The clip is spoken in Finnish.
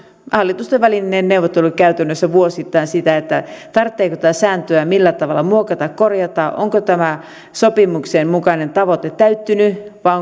hallitusten välinen neuvottelu käytännössä vuosittain siitä tarvitseeko tätä sääntöä millä tavalla muokata ja korjata onko tämä sopimuksen mukainen tavoite täyttynyt vai